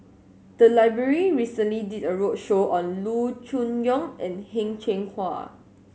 the library recently did a roadshow on Loo Choon Yong and Heng Cheng Hwa